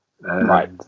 Right